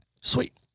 Sweet